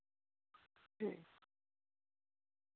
ᱦᱮᱸ